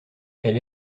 elle